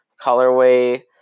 colorway